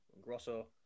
Grosso